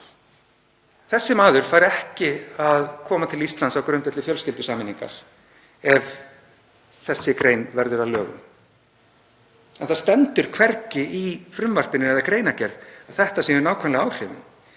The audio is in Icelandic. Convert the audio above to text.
Þessi maður fær ekki að koma til Íslands á grundvelli fjölskyldusameiningar ef þessi grein verður að lögum. En það stendur hvergi í frumvarpinu eða greinargerð að þetta verði nákvæmlega áhrifin